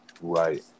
Right